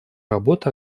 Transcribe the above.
работы